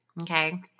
okay